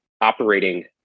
operating